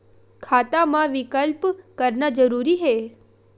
खाता मा विकल्प करना जरूरी है?